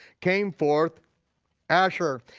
came forth asher,